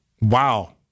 Wow